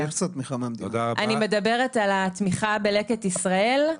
אני מדברת על התמיכה ב"לקט ישראל".